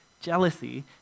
Jealousy